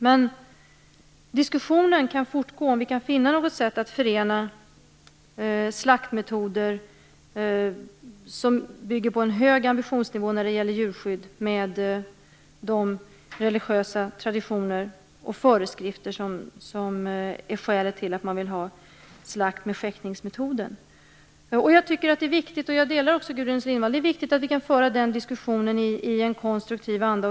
Men diskussionen kan fortgå om vi kan finna något sätt att förena slaktmetoder som bygger på en hög ambitionsnivå när det gäller djurskydd med de religiösa traditioner och föreskrifter som är skälet till att man vill ha slakt med skäktningsmetoden. Jag tycker att det är viktigt, och jag delar också Gudrun Lindvalls uppfattning om det, att vi kan föra den diskussionen i en konstruktiv anda.